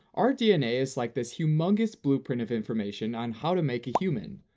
our dna is like this humongous blueprint of information on how to make a human.